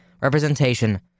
representation